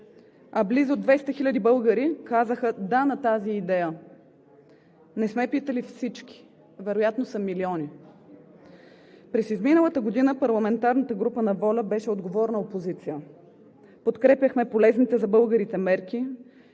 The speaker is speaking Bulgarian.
А близо 200 хиляди българи казаха „да“ на тази идея. Не сме питали всички. Вероятно са милиони. През изминалата година парламентарната група на ВОЛЯ беше отговорна опозиция. Подкрепяхме полезните за българите мерки,